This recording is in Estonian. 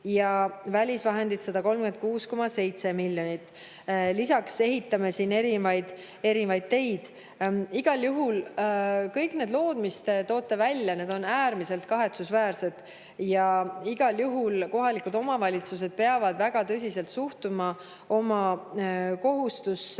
ja välisvahendid 136,7 miljonit. Lisaks ehitame erinevaid teid. Igal juhul on kõik need lood, mis te välja tõite, äärmiselt kahetsusväärsed. Kohalikud omavalitsused peavad väga tõsiselt suhtuma oma kohustusse